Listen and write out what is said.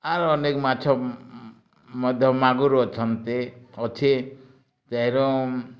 ଆର୍ ଅନେକ ମାଛ ମଧ୍ୟ ମାଗୁରୁ ଅଛନ୍ତି ଅଛି ସେରମ୍